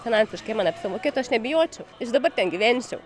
finansiškai man apsimokėtų aš nebijočiau ir dabar ten gyvensiau